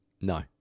No